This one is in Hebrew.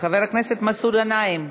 חבר הכנסת מסעוד גנאים,